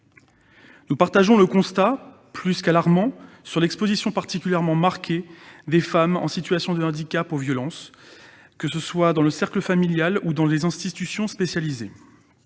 Nous partageons le constat, plus qu'alarmant, sur l'exposition particulièrement marquée des femmes en situation de handicap aux violences, que ce soit dans le cercle familial ou dans les institutions spécialisées.